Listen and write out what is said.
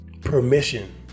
permission